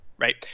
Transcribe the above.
Right